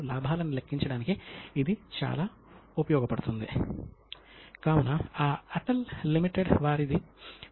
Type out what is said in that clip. గత ఉపన్యాసంలో మనము అకౌంటింగ్ పీరియడ్ కాన్సెప్ట్ అంటాము